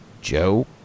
Joe